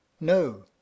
no